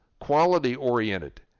quality-oriented